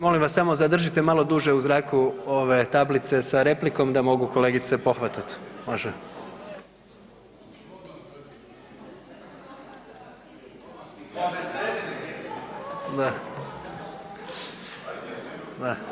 Molim vas samo zadržite malo duže u zraku ove tablice sa replikom da mogu kolegice pohvatat, može.